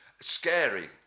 Scary